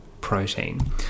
protein